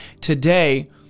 Today